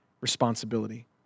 responsibility